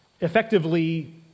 effectively